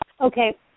Okay